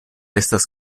estas